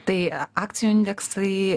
tai akcijų indeksai